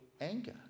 anger